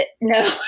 No